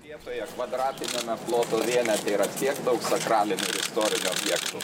vietoje kvadratiniame ploto vienete yra tiek daug sakralinių ir istorinių objektų